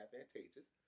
advantageous